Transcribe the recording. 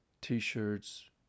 T-shirts